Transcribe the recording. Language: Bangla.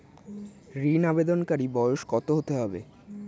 ঋন আবেদনকারী বয়স কত হতে হবে?